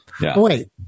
Wait